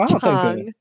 tongue